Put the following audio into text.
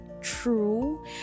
true